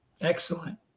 Excellent